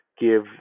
give